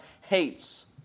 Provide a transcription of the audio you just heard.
hates